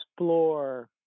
explore